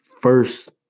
first